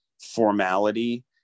formality